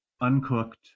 uncooked